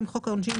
חוק העונשין,